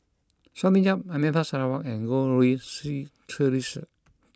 Sonny Yap Anita Sarawak and Goh Rui Si Theresa